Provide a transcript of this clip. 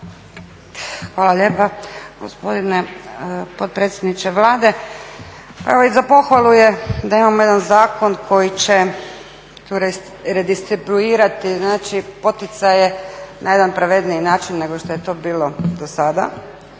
Hvala lijepa gospodine potpredsjedniče. Pa evo i za pohvalu je da imamo jedan zakon koji će redistribuirati znači poticaje na jedan pravedniji način nego što je to bilo dosada.